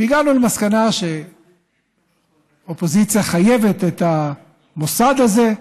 הגענו למסקנה שאופוזיציה חייבת את המוסד הזה,